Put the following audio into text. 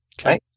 Okay